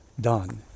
done